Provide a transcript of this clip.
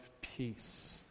Peace